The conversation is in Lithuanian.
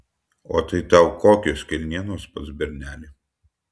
o tai tau kokios kelnienos pas bernelį